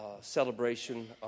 Celebration